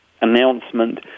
announcement